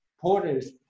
porters